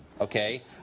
okay